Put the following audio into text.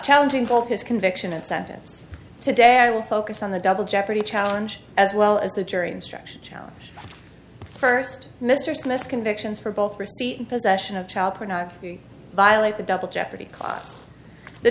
challenging both his conviction and sentence today i will focus on the double jeopardy challenge as well as the jury instruction challenge first mr smith's convictions for both receipt and possession of child pornography violate the double jeopardy clause the